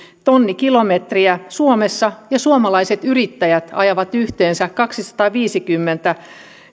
tonnikilometriä suomessa ja suomalaiset yrittäjät ajavat yhteensä kaksisataaviisikymmentä